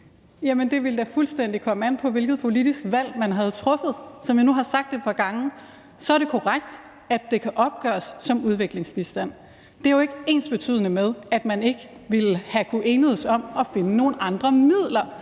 Jamen det ville da fuldstændig komme an på, hvilket politisk valg man havde truffet. Som jeg nu har sagt et par gange, er det korrekt, at det kan opgøres som udviklingsbistand. Det er jo ikke ensbetydende med, at man ikke ville have kunnet enes om at finde nogle andre midler